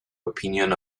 opinion